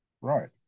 right